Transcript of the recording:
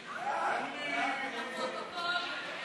להעביר את הנושא לוועדה לא נתקבלה.